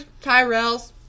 Tyrells